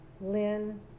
Lynn